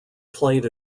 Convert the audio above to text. played